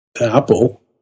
apple